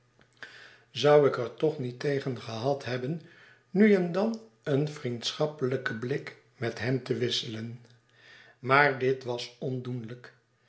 zou ik er toch niet tegen gehad hebben nu en dan een vriendschappelijken blik met hem te wisselen maar dit was